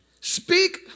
speak